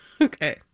Okay